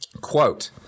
Quote